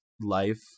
life